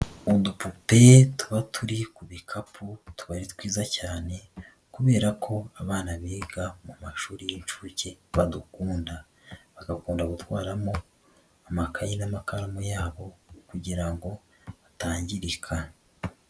Udupupe tuba turi ku bikapu tuba ari twiza cyane, kubera ko abana biga mu mashuri y'inshuke badukunda, bakunda gutwaramo amakaye n'amakaramu yabo kugira ngo atangirika.